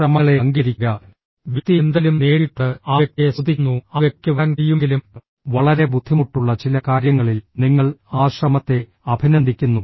ശ്രമങ്ങളെ അംഗീകരിക്കുക വ്യക്തി എന്തെങ്കിലും നേടിയിട്ടുണ്ട് ആ വ്യക്തിയെ സ്തുതിക്കുന്നു ആ വ്യക്തിക്ക് വരാൻ കഴിയുമെങ്കിലും വളരെ ബുദ്ധിമുട്ടുള്ള ചില കാര്യങ്ങളിൽ നിങ്ങൾ ആ ശ്രമത്തെ അഭിനന്ദിക്കുന്നു